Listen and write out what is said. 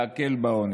להקל בעונש.